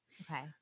Okay